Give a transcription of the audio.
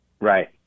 Right